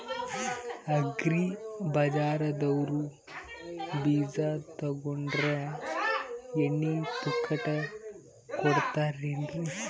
Agri ಬಜಾರದವ್ರು ಬೀಜ ತೊಗೊಂಡ್ರ ಎಣ್ಣಿ ಪುಕ್ಕಟ ಕೋಡತಾರೆನ್ರಿ?